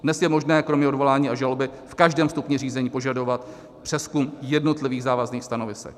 Dnes je možné kromě odvolání a žaloby v každém stupni řízení požadovat přezkum jednotlivých závazných stanovisek.